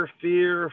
fear